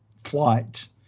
flight